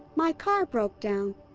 my car broke down.